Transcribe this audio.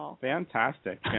Fantastic